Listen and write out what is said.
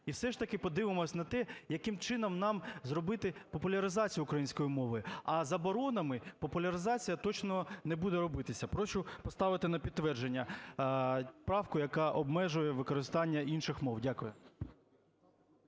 і все ж таки подивимося на те, яким чином нам зробити популяризацію української мови, а заборонами популяризація точно не буде робитися. Прошу поставити на підтвердження правку, яка обмежує використання інших мов. Дякую.